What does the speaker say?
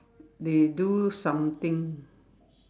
they do something